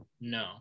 no